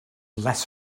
less